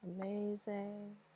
amazing